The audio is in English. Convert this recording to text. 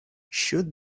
should